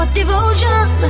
Devotion